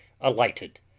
alighted